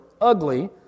ugly